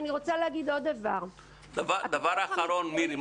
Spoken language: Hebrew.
אני רוצה להגיד עוד דבר -- דבר אחרון, מירי.